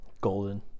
golden